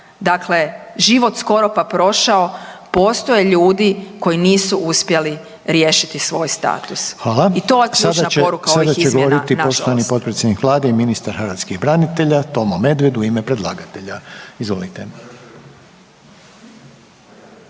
dakle život skoro pa prošao postoje ljudi koji nisu uspjeli riješiti svoj status i to je ključna poruka ovih izmjena na žalost. **Reiner, Željko (HDZ)** Hvala. Sada će govoriti poštovani potpredsjednik Vlade i ministar hrvatskih branitelja Tomo Medved u ime predlagatelja. Izvolite.